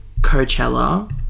Coachella